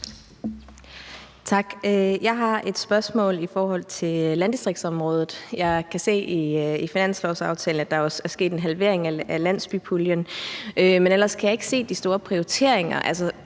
Jeg har et spørgsmål i forhold til landdistriktsområdet. Jeg kan se i finanslovsaftalen, at der er sket en halvering af landsbypuljen, men ellers kan jeg ikke se de store prioriteringer,